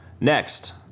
next